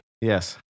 Yes